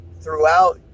throughout